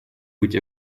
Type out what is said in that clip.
быть